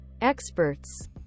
Experts